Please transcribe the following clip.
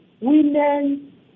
women